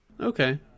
Okay